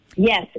Yes